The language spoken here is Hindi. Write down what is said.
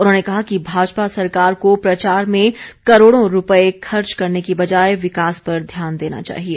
उन्होंने कहा कि भाजपा सरकार को प्रचार में करोड़ों रुपये खर्च करने की बजाए विकास पर ध्यान देना चाहिए